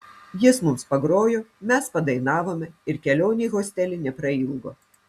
jis mums pagrojo mes padainavome ir kelionė į hostelį neprailgo